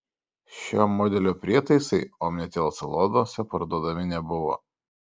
šio modelio prietaisai omnitel salonuose parduodami nebuvo